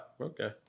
okay